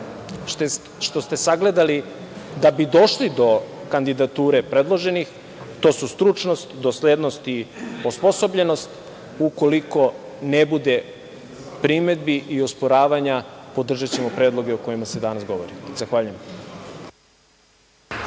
što ste sagledali da bi došli do kandidature predloženih. To su stručnost, doslednost i osposobljenost. Ukoliko ne bude primedbi i osporavanja, podržaćemo predloge o kojima se danas govori. Zahvaljujem.